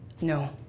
No